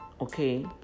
Okay